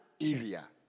area